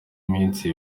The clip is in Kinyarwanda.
iminsi